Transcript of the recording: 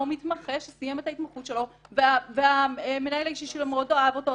או מתמחה שסיים את ההתמחות שלו והמנהל האישי שלו מאוד אהב אותו,